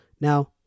Now